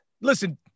listen